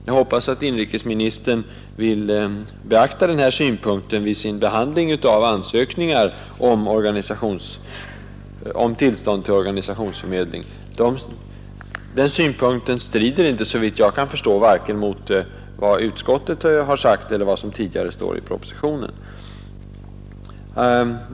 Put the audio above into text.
Jag hoppas att inrikesministern vill beakta denna synpunkt vid sin behandling av ansökningar om tillstånd för organisationsförmedling. Den synpunkten strider såvitt jag kan förstå varken mot vad utskottet anfört eller vad som står i propositionen.